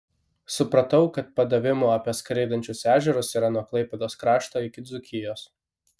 supratau kad padavimų apie skraidančius ežerus yra nuo klaipėdos krašto iki dzūkijos